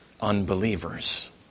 unbelievers